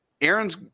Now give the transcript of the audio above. Aaron's